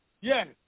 Yes